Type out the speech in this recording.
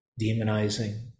demonizing